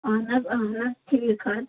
اَہَن حظ اَہَن حظ ٹھیٖک حظ